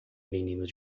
meninos